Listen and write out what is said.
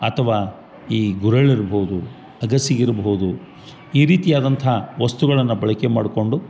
ಅಥ್ವ ಈ ಗುರ್ಳ್ ಇರ್ಬೋದು ಅಗಸಿ ಇರ್ಭೋದು ಈ ರೀತಿಯಾದಂಥಾ ವಸ್ತುಗಳನ್ನ ಬಳಕೆ ಮಾಡ್ಕೊಂಡು